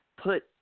put